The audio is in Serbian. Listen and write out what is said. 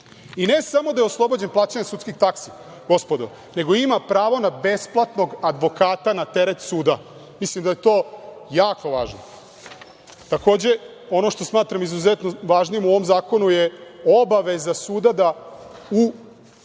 i ne samo da je oslobođen plaćanja sudskih taksi, gospodo, nego ima pravo na besplatnog advokata na teret suda. Mislim da je to jako važno. Takođe, ono što smatram izuzetno važnim u ovom zakonu je obaveza suda da